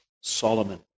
Solomon